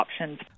options